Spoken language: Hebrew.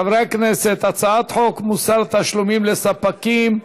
חברי הכנסת, הצעת חוק מוסר תשלומים לספקים,